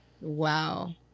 Wow